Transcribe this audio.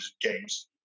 games